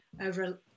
over